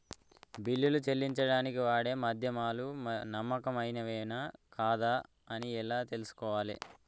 బిల్లులు చెల్లించడానికి వాడే మాధ్యమాలు నమ్మకమైనవేనా కాదా అని ఎలా తెలుసుకోవాలే?